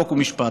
חוק ומשפט.